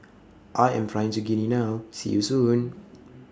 I Am Flying to Guinea now See YOU Soon